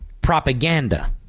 propaganda